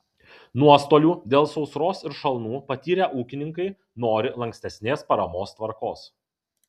nuostolių dėl sausros ir šalnų patyrę ūkininkai nori lankstesnės paramos tvarkos